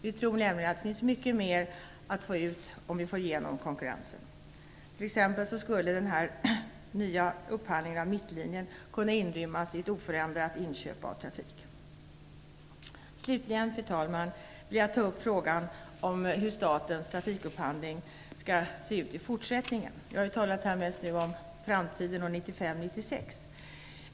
Vi tror nämligen att vi kan få ut mycket mer om vi får igenom konkurrensen. T.ex. skulle den nya upphandlingen av Mittlinjen kunna inrymmas i ett oförändrat inköp av trafik. Jag vill också, fru talman, ta upp frågan om hur statens trafikupphandling skall se ut i fortsättningen. Jag har ju hittills mest talat om den nära framtiden, 1995 och 1996.